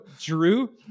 drew